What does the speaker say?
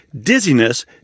dizziness